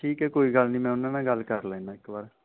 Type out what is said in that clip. ਠੀਕ ਹੈ ਕੋਈ ਗੱਲ ਨਹੀਂ ਮੈਂ ਉਹਨਾਂ ਨਾਲ ਗੱਲ ਕਰ ਲੈਂਦਾ ਇਕ ਵਾਰ